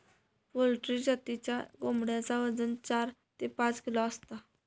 poultry जातीच्या कोंबड्यांचा वजन चार ते पाच किलो असता